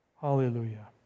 Hallelujah